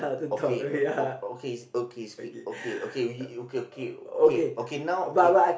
okay uh okay is okay is okay okay okay okay okay okay now okay